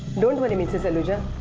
mr. saluja,